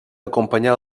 acompanyar